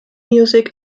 music